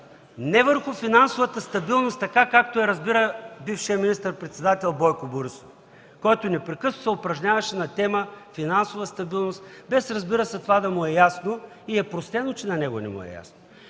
не върху финансовата стабилност, както я разбира бившият министър-председател Бойко Борисов, който непрекъснато се упражняваше на тема финансова стабилност, без, разбира се, това да му е ясно. И е простено, че на него не му е ясно.